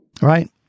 right